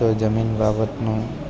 તો જમીન બાબતનું